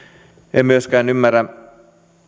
en myöskään ymmärrä